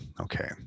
okay